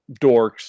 dorks